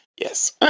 Yes